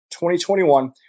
2021